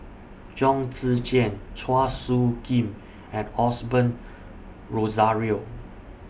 Chong Tze Chien Chua Soo Khim and Osbert Rozario